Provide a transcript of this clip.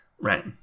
Right